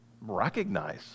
recognize